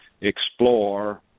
Explore